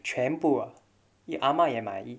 全部 ah 阿妈也买